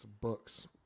books